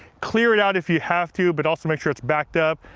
clear it out if you have to, but also make sure it's backed up.